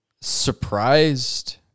surprised